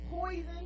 poison